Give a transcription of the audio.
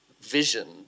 vision